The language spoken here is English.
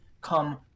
come